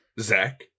Zach